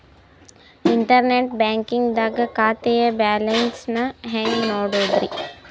Internet banking ದಾಗ ಖಾತೆಯ balance ನ ಹೆಂಗ್ ನೋಡುದ್ರಿ?